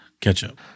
ketchup